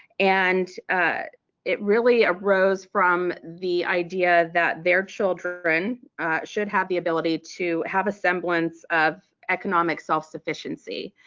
and it really arose from the idea that their children should have the ability to have a semblance of economic self-sufficiency.